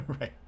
Right